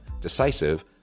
decisive